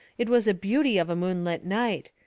it was a beauty of a moonlight night,